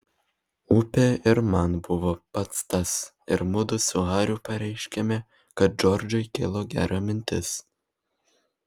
upė ir man buvo pats tas ir mudu su hariu pareiškėme kad džordžui kilo gera mintis